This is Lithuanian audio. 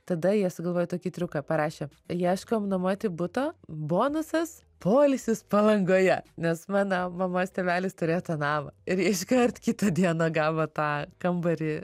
tada jie sugalvojo tokį triuką parašė ieškome nuomoti buto bonusas poilsis palangoje nes mano mamos tėvelis turėjo tą nama ir iškart kitą dieną gavo tą kambarį